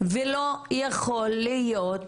ולא יכול להיות